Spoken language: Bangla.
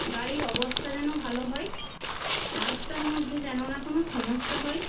গাড়ির অবস্থা যেন ভালো হয় রাস্তার মধ্যে যেন না কোন সমস্যা হয়